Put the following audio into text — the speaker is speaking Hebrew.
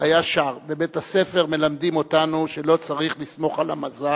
היה שר: בבית-הספר מלמדים אותנו שלא צריך לסמוך על המזל,